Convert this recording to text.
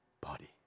body